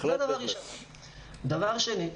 דבר שני,